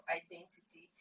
identity